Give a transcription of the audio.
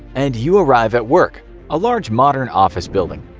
and you arrive at work a large, modern office building.